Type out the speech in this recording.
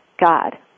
God